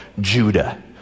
Judah